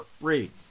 Read